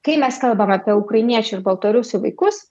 kai mes kalbam apie ukrainiečių ir baltarusių vaikus